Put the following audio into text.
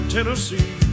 Tennessee